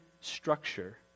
structure